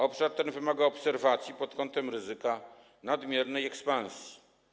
Obszar ten wymaga obserwacji pod względem ryzyka nadmiernej ekspansji.